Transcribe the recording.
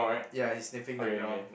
ya he's sniffing the ground